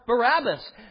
Barabbas